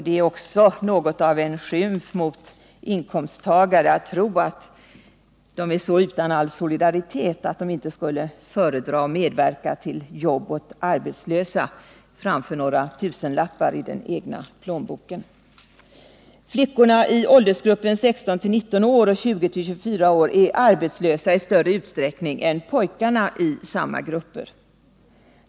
Det är också något av en skymf mot inkomsttagare att tro att de är så utan solidaritet att de inte skulle föredra att medverka till jobb åt arbetslösa framför att få några tusenlappar i den egna plånboken. Flickorna i åldersgrupperna 16-19 år och 20-24 år är arbetslösa i större utsträckning än pojkarna i samma åldersgrupper.